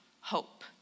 hope